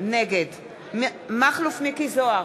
נגד מכלוף מיקי זוהר,